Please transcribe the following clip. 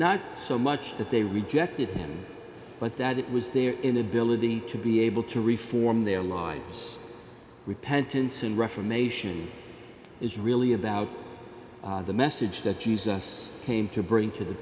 not so much that they rejected him but that it was their inability to be able to reform their lives repentance and reformation is really about the message that jews us came to bring to the